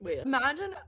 Imagine